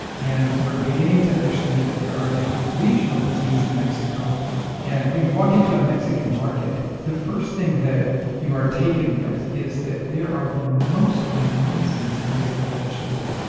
and we're beginning to understand that there are different regional cuisines in mexico and when you walk into a mexican market, the first thing that you are taken with is that there are the most amazing displays of vegetables.